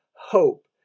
hope